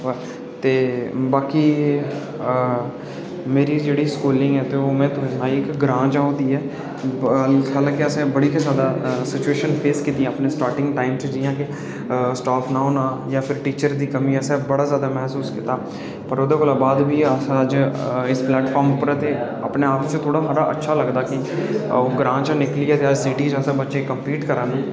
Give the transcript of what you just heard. ते बाकी हां मेरी जेह्डी स्कूलिंग ऐ ते ओह् में तुसें गी सनाई ग्रां च होई दी ऐ हालां के असें बड़ी गै ज्यादा सिचुएशन फेस कीतियां अपने टाइम च जि'यां के स्टाफ नी होना टिचर दी कमी गी असें बड़ा ज्यादा मसूस कीता पर ओह्दे कोला बाद बी अज्ज अस इस प्लैटफार्म उप्पर हां ते अपने आप च बडा अच्छा लगदा ऐ अज्ज अस ग्रां च उठ्ठिये शहरी बच्चे कन्ने कमपीट करा दे हां